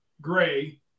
gray